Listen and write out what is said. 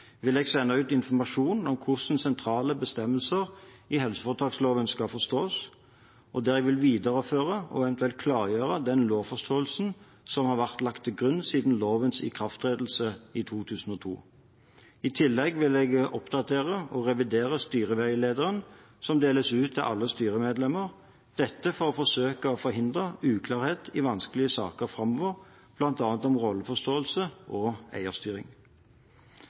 vil jeg sende ut informasjon om hvordan sentrale bestemmelser i helseforetaksloven skal forstås, og der jeg vil videreføre og eventuelt klargjøre den lovforståelsen som har vært lagt til grunn siden lovens ikrafttredelse i 2002. I tillegg vil jeg oppdatere og revidere styreveilederen, som deles ut til alle styremedlemmer – dette for å forsøke å forhindre uklarhet i vanskelige saker framover, bl.a. om rolleforståelse og eierstyring.